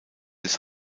des